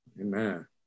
Amen